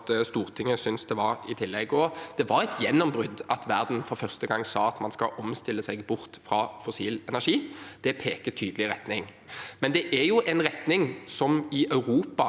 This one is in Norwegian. Stortinget synes det i tillegg. Det var et gjennombrudd at verden for første gang sa at man skal omstille seg bort fra fossil energi. Det peker ut en tydelig retning, men det er en retning som i Europa